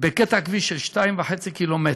בקטע כביש של 2.5 קילומטר,